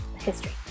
history